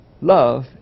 Love